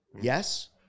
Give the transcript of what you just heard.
Yes